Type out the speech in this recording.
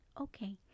Okay